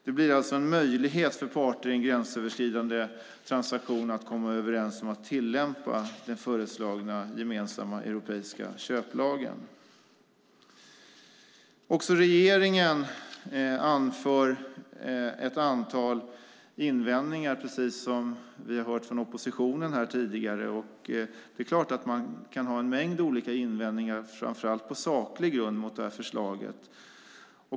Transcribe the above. Det blir alltså en möjlighet för parter i en gränsöverskridande transaktion att komma överens om att tillämpa den föreslagna gemensamma europeiska köplagen. Också regeringen anför ett antal invändningar, precis som vi har hört från oppositionen tidigare. Det är klart att man kan ha en mängd olika invändningar, framför allt på saklig grund, mot detta förslag.